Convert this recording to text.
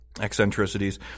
eccentricities